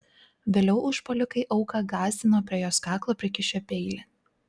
vėliau užpuolikai auką gąsdino prie jos kaklo prikišę peilį